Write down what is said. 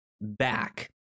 back